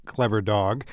CleverDog